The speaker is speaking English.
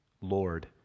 Lord